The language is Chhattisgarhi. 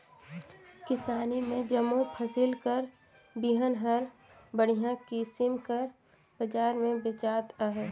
किसानी में जम्मो फसिल कर बीहन हर बड़िहा किसिम कर बजार में बेंचात अहे